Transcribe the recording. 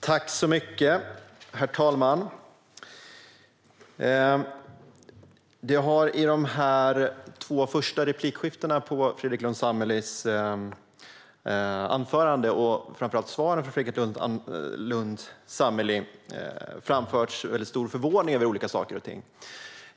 Herr talman! Det har i de två första replikskiftena efter Fredrik Lundh Sammelis anförande, och framför allt i hans svar, framförts väldigt stor förvåning över olika saker.